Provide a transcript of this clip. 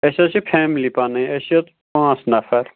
أسۍ حظ چھِ فیملی پَنٕنۍ أسۍ چھِ پانٛژھ نَفَر